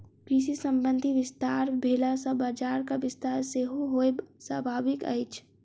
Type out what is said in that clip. कृषि संबंधी विस्तार भेला सॅ बजारक विस्तार सेहो होयब स्वाभाविक अछि